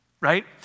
right